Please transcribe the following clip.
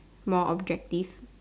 more objective